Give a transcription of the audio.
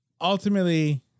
ultimately